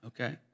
okay